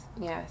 Yes